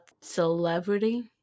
celebrity